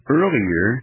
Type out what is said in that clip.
earlier